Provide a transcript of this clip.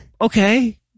Okay